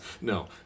no